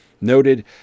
noted